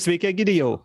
sveiki egidijau